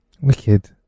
Wicked